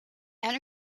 and